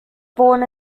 born